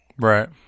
Right